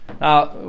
Now